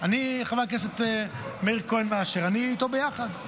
חבר הכנסת מאיר כהן מאשר, אני איתו ביחד.